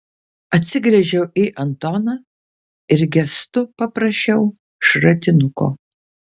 atsigręžiau į antoną ir gestu paprašiau šratinuko